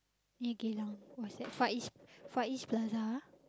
in Geylang what's that Far East Far-East-Plaza